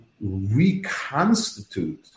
reconstitute